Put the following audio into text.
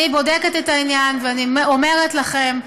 אני בודקת את העניין, ואני אומרת לכם,